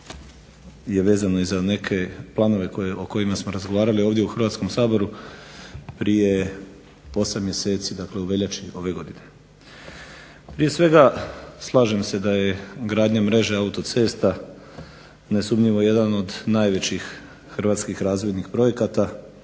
je vezano i za neke planove o kojima smo razgovarali ovdje u Hrvatskom saboru prije 8 mjeseci, dakle u veljači ove godine. Prije svega slažem se da je gradnja mreže autocesta nesumnjivo jedan od najvećih Hrvatskih razvojnih projekata